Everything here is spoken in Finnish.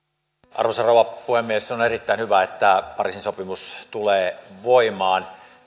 arvoisa rouva puhemies on erittäin hyvä että pariisin sopimus tulee voimaan